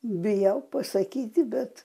bijau pasakyti bet